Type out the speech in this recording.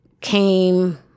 came